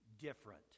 different